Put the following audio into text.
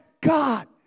God